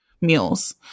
meals